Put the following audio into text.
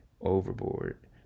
overboard